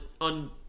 on